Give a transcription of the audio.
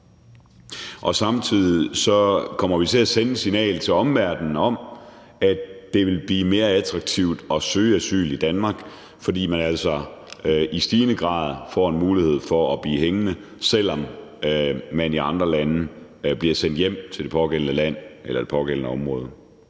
og samtidig kommer vi til at sende et signal til omverdenen om, at det vil blive mere attraktivt at søge asyl i Danmark, fordi man altså i stigende grad får en mulighed for at blive hængende, selv om man i andre lande bliver sendt hjem til det pågældende land eller det pågældende område.